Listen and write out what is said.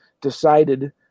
decided